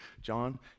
John